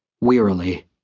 wearily